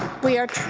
we are